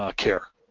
ah care,